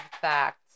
facts